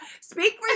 speak